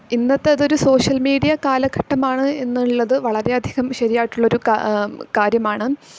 ഇന്നത്തതൊരു social media കാലഘട്ടമാണ് എന്നുള്ളത് വളരെയധികം ശരിയായിട്ടുള്ളൊരു കാര്യമാണ്